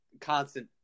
constant